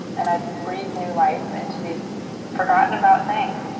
and i breathed new life into these forgotten about things.